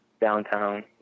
downtown